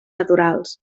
naturals